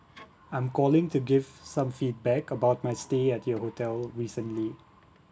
I'm calling to give some feedback about my stay at your hotel recently